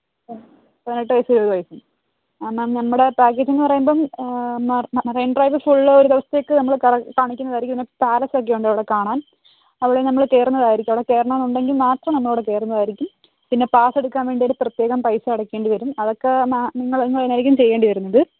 പതിനെട്ടു വയസ്സും ഒരു വയസ്സും മാം നമ്മുടെ പാക്കേജ് എന്നു പറയുമ്പം മറൈൻ ഡ്രൈവ് ഫുൾ ഒരു ദിവസത്തേക്ക് നമ്മൾ കാണിക്കുന്നതായിരിക്കും പിന്നെ പാലസ് ഒക്കെ ഉണ്ട് അവിടെ കാണാൻ അവിടെ നമ്മൾ കയറുന്നതായിരിക്കും അവിടെ കയറണോന്ന് ഉണ്ടെങ്കിൽ മാത്രം നമ്മൾ അവിടെ കയറുന്നതായിരിക്കും പിന്നെ പാസ്സ് എടുക്കാൻ വേണ്ടി അവിടെ പ്രത്യേകം പൈസ അടക്കേണ്ടി വരും അതൊക്കെ നിങ്ങളു തന്നായിരിക്കും ചെയ്യേണ്ടി വരുന്നത്